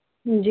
जी